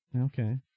Okay